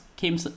came